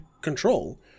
control